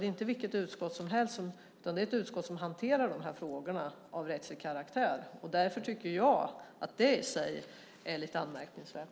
Det är inte vilket utskott som helst, utan det är ett utskott som hanterar de här frågorna av rättslig karaktär. Därför tycker jag att det i sig är lite anmärkningsvärt.